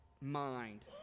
mind